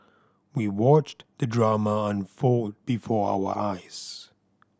we watched the drama unfold before our eyes